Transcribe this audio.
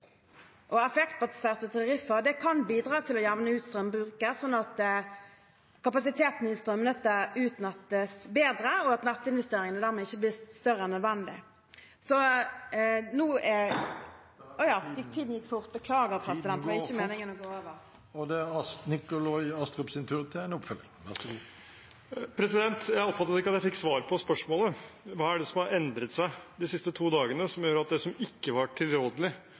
Effektbaserte tariffer kan bidra til å jevne ut strømbruken, sånn at kapasiteten i strømnettet utnyttes bedre og nettinvesteringene dermed ikke blir større enn nødvendig. Så nå er … Jeg oppfattet ikke at jeg fikk svar på spørsmålet: Hva er det som har endret seg de siste to dagene som gjør at det som ikke var tilrådelig for to dager siden, nå er tilrådelig? Jeg er glad for at statsråden er